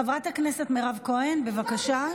חברת הכנסת מירב כהן, בבקשה.